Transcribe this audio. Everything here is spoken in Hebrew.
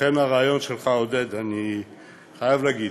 לכן הרעיון שלך, עודד, אני חייב להגיד,